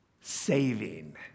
Saving